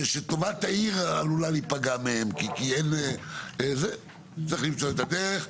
שטובת העיר עלולה להיפגע, צריך למצוא את הדרך.